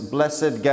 Blessed